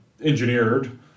engineered